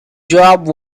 job